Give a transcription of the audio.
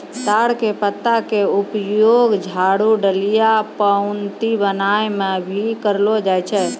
ताड़ के पत्ता के उपयोग झाड़ू, डलिया, पऊंती बनाय म भी करलो जाय छै